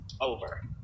over